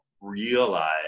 realize